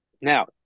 Now